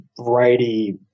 variety